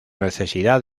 necesidad